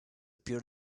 peer